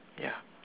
ya